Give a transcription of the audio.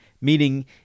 Meaning